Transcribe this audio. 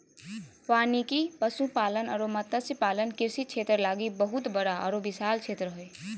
वानिकी, पशुपालन अरो मत्स्य पालन कृषि क्षेत्र लागी बहुत बड़ा आरो विशाल क्षेत्र हइ